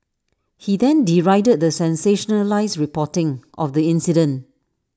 he then derided the sensationalised reporting of the incident